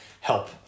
help